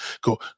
Go